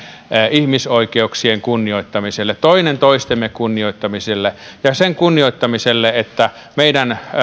ihmisoikeuksien kunnioittamiselle toinen toistemme kunnioittamiselle ja sen kunnioittamiselle että meidän